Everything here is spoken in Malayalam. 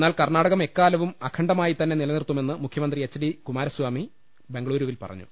എന്നാൽ കർണാടകം എക്കാലവും അഖണ്ഡ മായിത്തന്നെ നിലനിർത്തുമെന്ന് മുഖ്യമന്ത്രി എച്ച് ഡി കുമാര സ്വാമി ബംഗളൂരുവിൽ പറഞ്ഞു